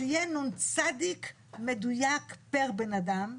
שיהיה נ"צ מדויק פר בן-אדם,